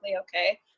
okay